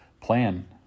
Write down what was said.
plan